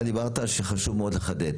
אתה דיברת שחשוב מאוד לחדד.